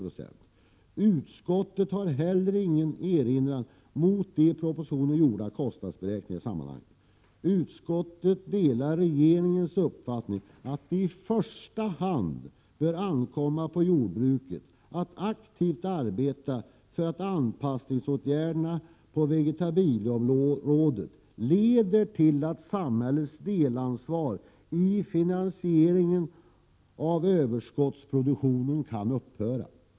Utskottet 6 juni 1988 har heller ingen erinran mot de i propositionen gjorda kostnadsberäkningar Reglering AVNIREANG Utskottet delar regeringens uppfattning att det i första hand bör ankomma på jordbruksproduk: på jordbruket att aktivt arbeta för att anpassningsåtgärderna på vegetabilie role området leder till att samhällets delansvar i finansieringen av överskottsproduktionen kan upphöra.